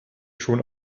schon